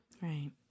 Right